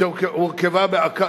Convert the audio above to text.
שמעה את הערתך,